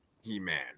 He-Man